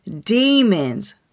Demons